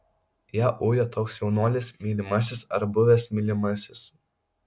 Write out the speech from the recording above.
ją ujo toks jaunuolis mylimasis ar buvęs mylimasis